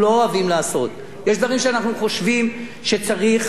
יש דברים שאנחנו חושבים שצריך להימנע מהם,